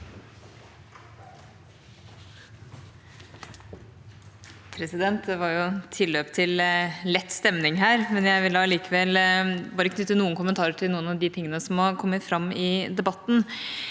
Det var tilløp til lett stemning her. Jeg vil allikevel bare knytte noen kommentarer til noen av de tingene som har kommet fram i debatten.